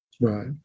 Right